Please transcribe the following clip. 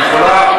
תודה רבה.